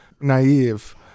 naive